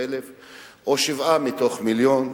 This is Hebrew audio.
או שבע מתוך מיליון,